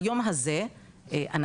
ביום הזה אנחנו,